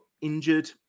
injured